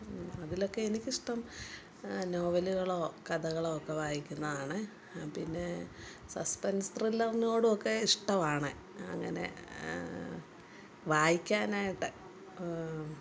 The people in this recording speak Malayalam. അതിലൊക്കെ എനിക്ക് ഇഷ്ടം നോവലുകളൊ കഥകളോ ഒക്കെ വായിക്കുന്നതാണ് പിന്നെ സസ്പെൻസ് ത്രില്ലറിനോടൊക്കെ ഇഷ്ടവാണ് അങ്ങനെ വായിക്കാനായിട്ട്